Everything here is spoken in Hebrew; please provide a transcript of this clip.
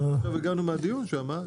עכשיו הגענו לדיון שמה,